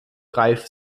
reif